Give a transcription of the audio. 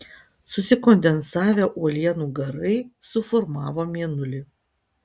susikondensavę uolienų garai suformavo mėnulį